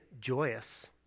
joyous